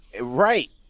Right